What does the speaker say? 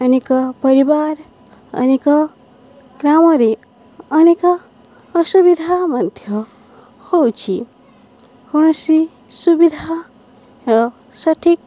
ଅନେକ ପରିବାର ଅନେକ ଗ୍ରାମରେ ଅନେକ ଅସୁବିଧା ମଧ୍ୟ ହଉଛି କୌଣସି ସୁବିଧାର ସଠିକ୍